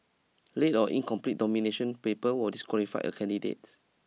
late or incomplete domination paper will disqualify a candidate